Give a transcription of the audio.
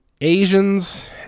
Asians